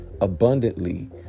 abundantly